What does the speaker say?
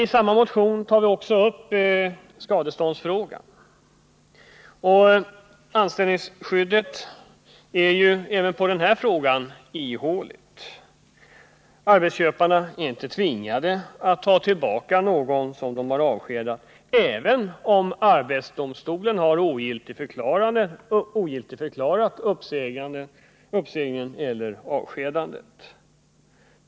I samma motion tar vi upp skadeståndsfrågan. Anställningsskyddet är även i det avseendet ihåligt. Arbetsköparna är inte tvingade att ta tillbaka någon som man har avskedat, även om arbetsdomstolen har ogiltigförklarat uppsägningen eller avskedandet.